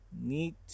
need